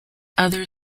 other